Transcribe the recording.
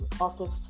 office